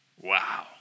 Wow